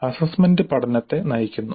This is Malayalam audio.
അസ്സസ്സ്മെന്റ് പഠനത്തെ നയിക്കുന്നു